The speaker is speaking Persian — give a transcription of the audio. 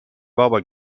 بابا